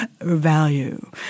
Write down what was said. value